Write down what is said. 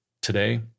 Today